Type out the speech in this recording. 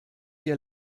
ihr